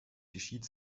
geschieht